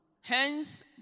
Hence